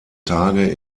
tage